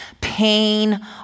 Pain